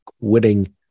quitting